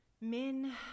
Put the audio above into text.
men